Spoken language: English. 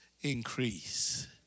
increase